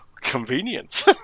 convenient